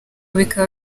bikaba